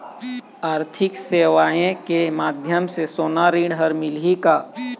आरथिक सेवाएँ के माध्यम से सोना ऋण हर मिलही का?